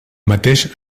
mateix